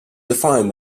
define